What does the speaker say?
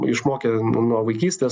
išmokė nuo vaikystės